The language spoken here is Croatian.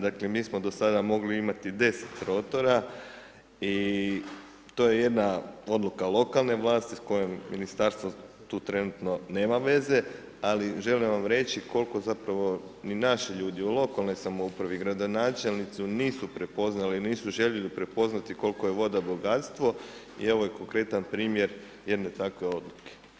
Dakle, mi smo do sada mogli imati 10 rotora i to je jedna odluka lokalne vlasti s kojom Ministarstvo tu trenutno nema veze, ali želim vam reći koliko zapravo ni naši ljudi u lokalnoj samoupravi ni gradonačelnici nisu prepoznali nisu željeli prepoznati koliko je voda bogatstvo i ovo je konkretan primjer jednog takvog.